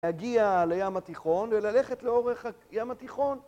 להגיע לים התיכון וללכת לאורך ים התיכון